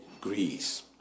Greece